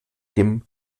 dem